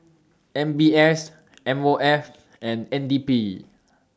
M B S M O F and N D P